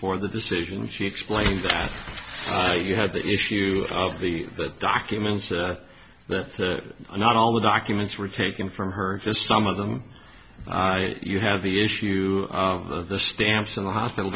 for the decision she explained that you have the issue of the documents that not all the documents were taken from her just some of them you have the issue of the stamps in the hospital